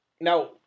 now